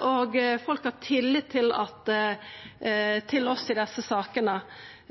og folk har tillit til oss i desse sakene.